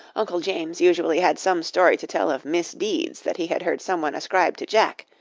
uncle james usually had some story to tell of misdeeds that he had heard some one ascribe to jack